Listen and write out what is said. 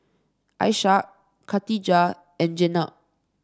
Ishak Katijah and Jenab